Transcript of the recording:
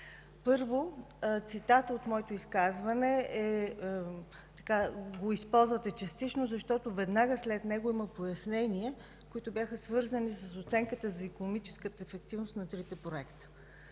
Първо, цитатът от моето изказване го използвате частично, защото веднага след него има пояснения, които бяха свързани с оценката за икономическата ефективност на трите проекта.